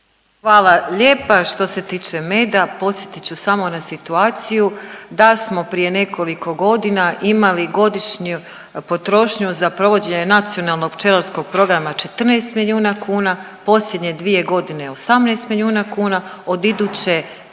Hvala lijepa. Što se tiče meda podsjetit ću samo na situaciju da smo prije nekoliko godina imalo godišnju potrošnju za provođenje Nacionalnog pčelarskog programa 14 milijuna kuna, posljednje dvije godine 18 milijuna kuna,